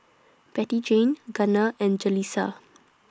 Bettyjane Gunner and Jalissa